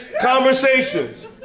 conversations